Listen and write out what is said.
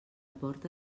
porta